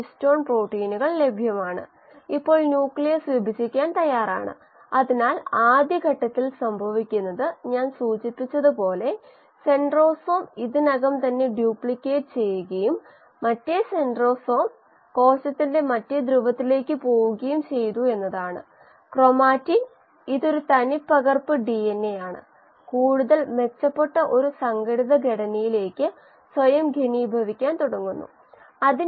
500 g h ഉത്പാദന നിരക്ക് 0